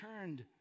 turned